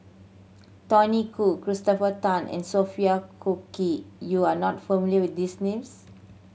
Tony Khoo Christopher Tan and Sophia Cookie you are not familiar with these names